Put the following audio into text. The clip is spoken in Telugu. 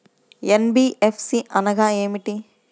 ఎన్.బీ.ఎఫ్.సి అనగా ఏమిటీ?